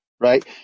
right